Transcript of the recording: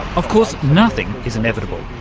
of course nothing is inevitable,